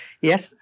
Yes